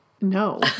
No